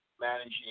managing